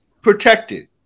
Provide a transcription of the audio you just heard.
protected